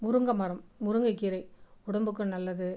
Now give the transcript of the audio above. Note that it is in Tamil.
முருங்கை மரம் முருங்கை கீரை உடம்புக்கு நல்லது